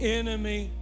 enemy